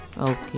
okay